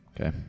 Okay